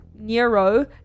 nero